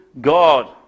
God